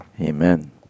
Amen